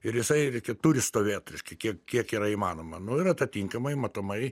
ir jisai reikia turi stovėt reiškia kiek kiek yra įmanoma nu ir atatinkamai matomai